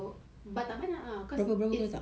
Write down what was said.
so but tak banyak ah cause it's